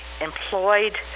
employed